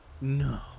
No